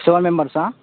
seven మెంబర్సా